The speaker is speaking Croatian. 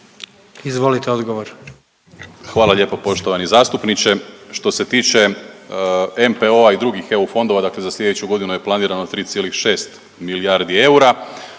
Marko** Hvala lijepo poštovani zastupniče. Što se tiče NPO-a i drugih EU fondova dakle za sljedeću godinu je planirano 3,6 milijardi eura,